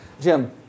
Jim